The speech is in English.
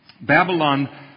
Babylon